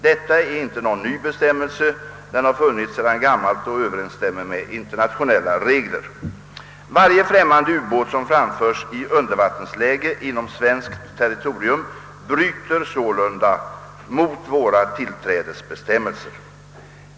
Detta är inte någon ny bestämmelse, utan den har funnits sedan gammalt och överensstämmer med internationella regler. Varje främmande ubåt som framförs i undervattensläge inom svenskt territorium bryter sålunda mot våra tillträdesbestämmelser.